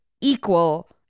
equal